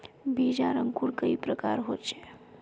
बीज आर अंकूर कई प्रकार होचे?